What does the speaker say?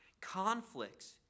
conflicts